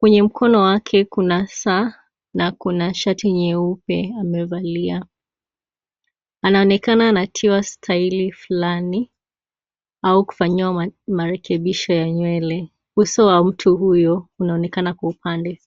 kwenye mkono wake kuna saa na kuna shati nyeupe amevalia. Anaonekana kufanyiwa staili fulani ama kufanyiwa marekebisho ya nywele, uso wa mtu huyu unaonekana kwa upande.